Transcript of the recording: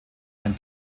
ein